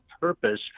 purpose